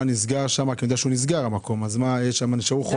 אני יודע שהמקום נסגר, נשארו חובות גדולים?